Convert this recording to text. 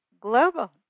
Global